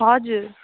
हजुर